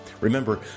Remember